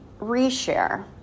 reshare